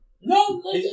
No